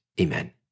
Amen